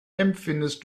empfindest